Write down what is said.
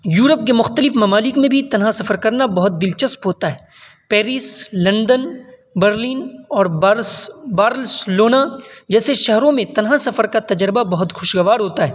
Europe کے مختلف ممالک میں بھی تنہا سفر کرنا بہت دلچسپ ہوتا ہے پیرس لندن برلن اور بارسلونا جیسے شہروں میں تنہا سفر کا تجربہ بہت کھوشگوار ہوتا ہے